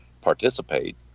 participate